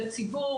לציבור,